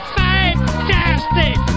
fantastic